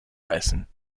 heißen